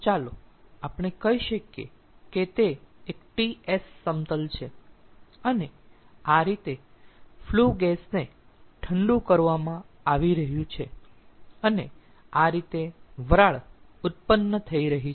ચાલો આપણે કહી શકીએ કે તે એક Ts સમતલ છે અને આ રીતે ફ્લુ ગેસ ને ઠંડુ કરવામાં આવી રહ્યું છે અને આ રીતે વરાળ ઉત્પન્ન થઈ રહી છે